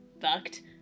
fucked